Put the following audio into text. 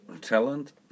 talent